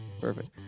Perfect